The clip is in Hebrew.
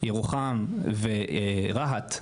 ירוחם ורהט,